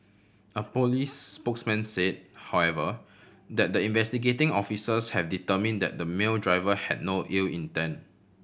a police spokesman say however that the investigating officers have determine that the male driver had no ill intent